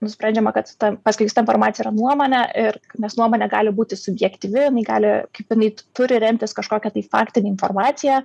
nusprendžiama kad ta paskleista informacija yra nuomonė ir nes nuomonė gali būti subjektyvi jinai gali kaip jinai turi remtis kažkokia tai faktine informacija